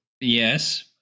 Yes